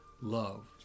love